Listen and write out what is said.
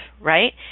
right